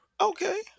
Okay